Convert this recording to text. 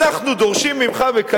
אנחנו דורשים ממך, מקדימה,